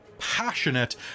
Passionate